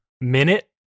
Minute